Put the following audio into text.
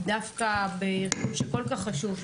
דווקא בארגון כל כך חשוב,